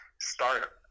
start